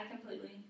completely